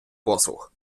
послуг